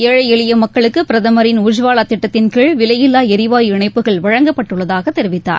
ஏழைஎளியமக்குளுக்குபிரதமரின் உஜ்வாலாதிட்டத்தின்கீழ் விலையில்லாளரிவாயு இணப்புகள் வழங்கப்பட்டுள்ளதாகதெரிவித்தார்